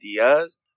Ideas